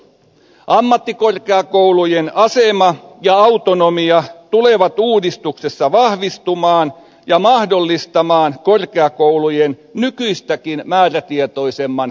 ammattikorkeakoulujen asema ja autonomia tulevat uudistuksessa vahvistumaan ja mahdollistamaan korkeakoulujen nykyistäkin määrätietoisemman kehitystyön